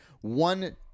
one